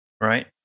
Right